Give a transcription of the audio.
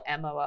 MOO